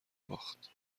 باخت